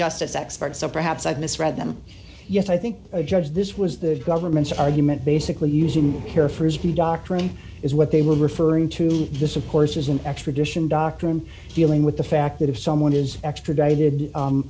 justice expert so perhaps i misread them yes i think a judge this was the government's argument basically using care for his p doctoring is what they were referring to this of course is an extradition doctrine dealing with the fact that if someone is extradited